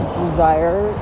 desire